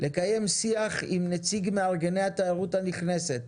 לקיים שיח עם נציג מארגני התיירות הנכנסת,